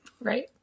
Right